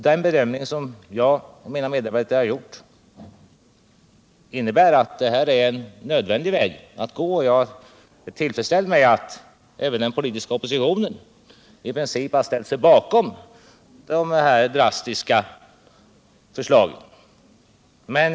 Den bedömning som jag och mina medarbetare har gjort innebär att detta är en nödvändig väg att gå. Jag är tillfredsställd med att även den politiska oppositionen i princip har ställt sig bakom dessa drastiska förslag.